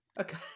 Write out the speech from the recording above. Okay